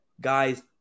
guys